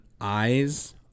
eyes